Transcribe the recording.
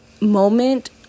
moment